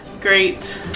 Great